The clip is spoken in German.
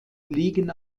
liegen